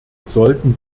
sollten